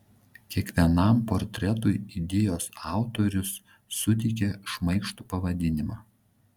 kiekvienam portretui idėjos autorius suteikė šmaikštų pavadinimą